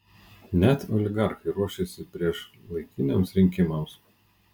net oligarchai ruošiasi priešlaikiniams rinkimams